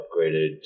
upgraded